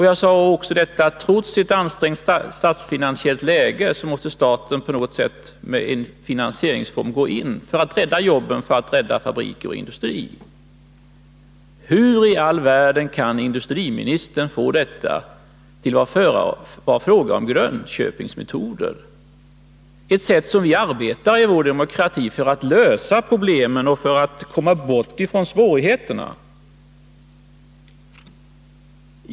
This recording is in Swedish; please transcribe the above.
Jag sade också att staten, trots ett ansträngt statsfinansiellt läge, på något sätt måste gå in med en finansieringsform för att rädda jobben, fabriker och industrin. Hur i all världen kan industriministern få detta till att det skulle vara fråga om Grönköpingsmetoder? Detta är ju ett sätt som vi arbetar på i vår demokrati för att lösa problemen och för att komma bort från svårigheterna.